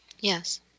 Yes